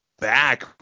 Back